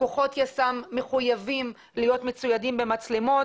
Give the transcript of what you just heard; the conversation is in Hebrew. כוחות יס"מ מחויבים להיות מצוידים במצלמות.